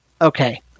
Okay